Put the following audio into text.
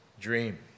dream